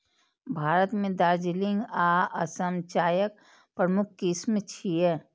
भारत मे दार्जिलिंग आ असम चायक प्रमुख किस्म छियै